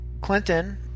Clinton